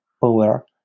power